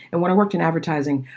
and when i worked in advertising,